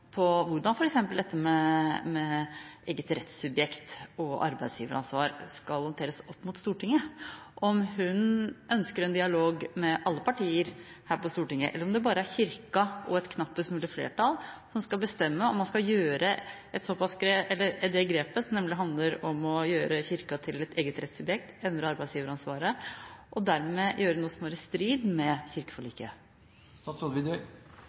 på hvordan f.eks. dette med eget rettssubjekt og arbeidsgiveransvar skal håndteres opp mot Stortinget. Ønsker hun en dialog med alle partier her på Stortinget, eller er det bare Kirken og et knappest mulig flertall som skal bestemme om man skal gjøre det grepet som handler om å gjøre Kirken til et eget rettssubjekt og endre arbeidsgiveransvaret, og dermed gjøre noe som er i strid med